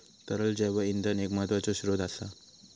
तरल जैव इंधन एक महत्त्वाचो स्त्रोत असा